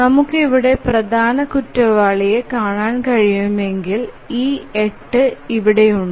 നമുക്ക് ഇവിടെ പ്രധാന കുറ്റവാളിയെ കാണാൻ കഴിയുമെങ്കിൽ ഈ 8 ഇവിടെയുണ്ട്